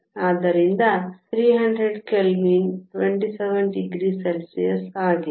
ಆದ್ದರಿಂದ 300 kelvin 27 degree Celsius ಆಗಿದೆ